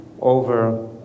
over